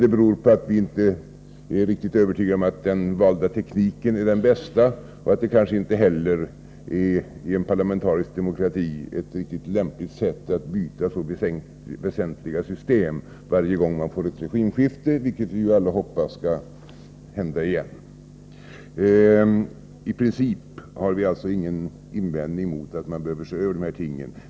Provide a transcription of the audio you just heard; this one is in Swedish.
Det beror på att vi inte är riktigt övertygade om att den valda tekniken är den bästa och att det kanske inte heller i en parlamentarisk demokrati är ett riktigt lämpligt sätt att byta så väsentliga system varje gång man får ett regimskifte — vilket vi alla hoppas skall hända igen. I princip har vi alltså ingen invändning mot att man behöver se över dessa ting.